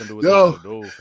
yo